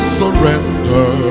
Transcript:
surrender